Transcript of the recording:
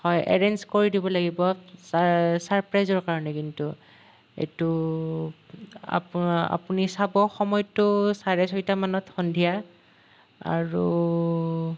হয় এৰেঞ্জ কৰি দিব লাগিব চাৰ চাৰপ্ৰাইজৰ কাৰণে কিন্তু এইটো আপ আপুনি চাব সময়টো চাৰে ছয়টা মানত সন্ধিয়া আৰু